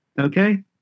Okay